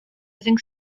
rising